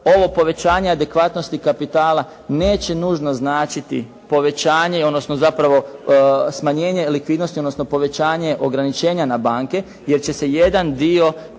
Ovo povećanje adekvatnosti kapitala neće nužno značiti povećanje, odnosno zapravo smanjenje likvidnosti, odnosno povećanje ograničenja na banke, jer će se jedan dio